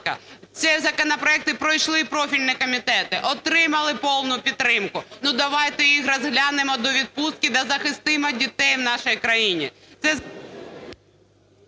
це законопроекти пройшли профільні комітети, отримали повну підтримку. Ну давайте їх розглянемо до відпустки та захистимо дітей в нашій країні.